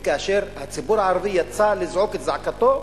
וכאשר הציבור הערבי יצא לזעוק את זעקתו,